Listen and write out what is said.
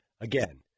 Again